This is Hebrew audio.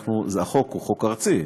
החוק הוא חוק ארצי,